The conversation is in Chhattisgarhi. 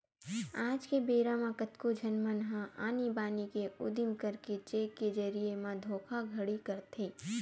आज के बेरा म कतको झन मन ह आनी बानी के उदिम करके चेक के जरिए म धोखाघड़ी करथे